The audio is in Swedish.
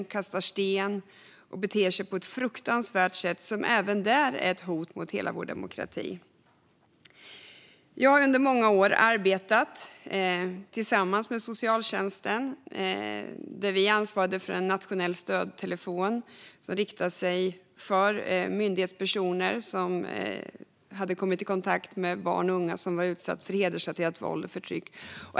De kastade sten och betedde sig på ett fruktansvärt sätt. Även det är ett hot mot hela vår demokrati. Jag har under många år arbetat tillsammans med socialtjänsten. Vi ansvarade för en nationell stödtelefon som riktade sig till myndighetspersoner som hade kommit i kontakt med barn och unga som var utsatta för hedersrelaterat våld och förtryck.